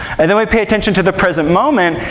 and then we pay attention to the present moment,